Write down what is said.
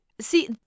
See